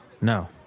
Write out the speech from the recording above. No